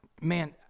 man